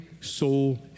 soul